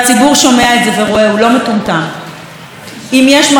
אם יש מקור או חיקוי הוא יעדיף את המקור, ובצדק.